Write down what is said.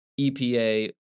EPA